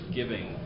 giving